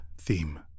theme